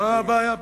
מה הבעיה בדיוק?